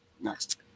next